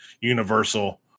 Universal